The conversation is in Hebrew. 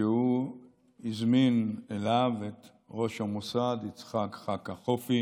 כשהוא הזמין אליו את ראש המוסד יצחק חקה חופי